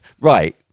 Right